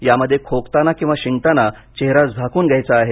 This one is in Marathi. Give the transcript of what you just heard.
यामध्ये खोकताना किंवा शिंकताना चेहरा झाकून घ्यायचा आहे